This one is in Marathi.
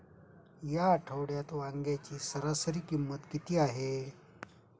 या आठवड्यात वांग्याची सरासरी किंमत किती आहे?